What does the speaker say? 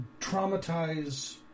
traumatize